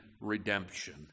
redemption